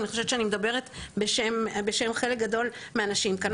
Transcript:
אני חושבת שאני מדברת בשם חלק גדול מהאנשים כאן.